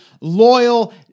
loyal